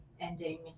ending